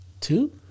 two